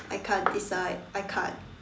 I can't decide I can't